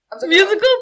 Musical